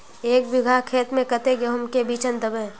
एक बिगहा खेत में कते गेहूम के बिचन दबे?